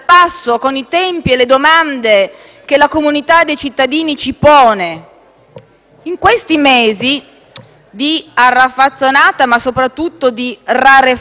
In questi mesi di raffazzonata, ma soprattutto di rarefatta, assai rarefatta iniziativa legislativa,